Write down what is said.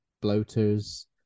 bloaters